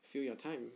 fill your time